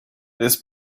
this